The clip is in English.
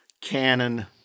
canon